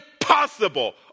Impossible